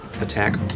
attack